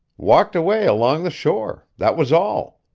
walked away along the shore. that was all.